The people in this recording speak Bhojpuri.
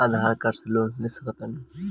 आधार कार्ड से लोन ले सकत बणी?